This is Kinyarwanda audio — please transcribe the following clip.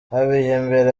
habiyambere